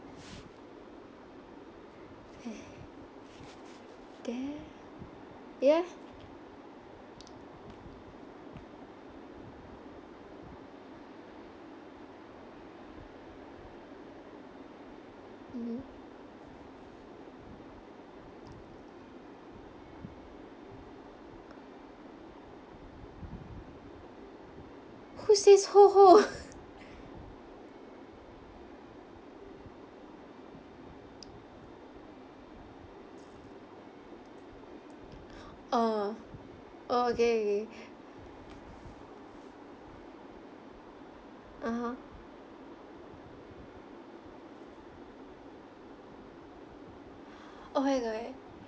eh damn ya mmhmm who says who who oh oh okay okay (uh huh) okay okay